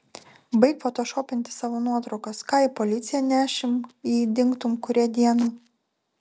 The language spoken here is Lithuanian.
baik fotošopinti savo nuotraukas ką į policiją nešim jei dingtum kurią dieną